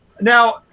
now